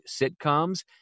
sitcoms